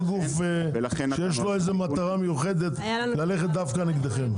לא גוף שיש לו מטרה מיוחדת ללכת נגדכם.